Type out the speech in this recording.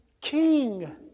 king